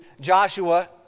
Joshua